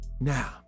Now